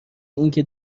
اینکه